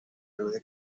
روی